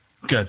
Good